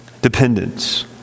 dependence